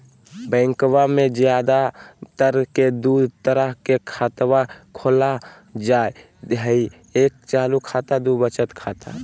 बैंकवा मे ज्यादा तर के दूध तरह के खातवा खोलल जाय हई एक चालू खाता दू वचत खाता